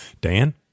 Dan